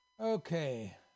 Okay